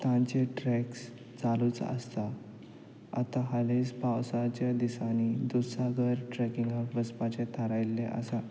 तांचे ट्रॅक्स चालूच आसता आतां हालींच पावसाच्या दिसांनी दुधसागर ट्रॅकिंगाक वचपाचें थारायिल्लें आसा